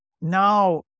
Now